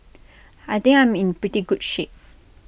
I think I'm in pretty good shape